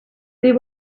they